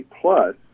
plus